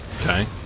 Okay